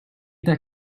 that